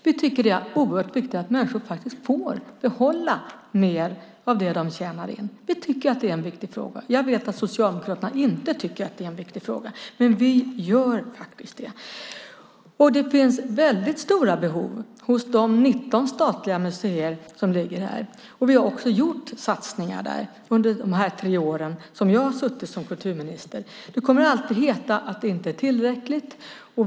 Det är oerhört viktigt att människor får behålla mer av det de tjänar in. Vi tycker att det är en viktig fråga. Jag vet att Socialdemokraterna inte tycker att det är en viktig fråga, men vi gör faktiskt det. Det finns väldigt stora behov hos de 19 statliga museer som finns. Vi har också gjort satsningar där under dessa tre år som jag suttit som kulturminister. Det kommer alltid att heta att det inte är tillräckligt.